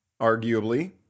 arguably